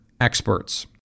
experts